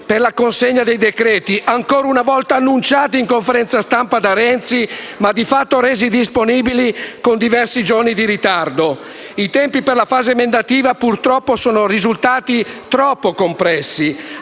per la consegna dei decreti, ancora una volta annunciati in conferenza stampa da Renzi ma di fatto resi disponibili con diversi giorni di ritardo. I tempi per la fase emendativa purtroppo sono risultati troppo compressi.